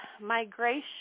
migration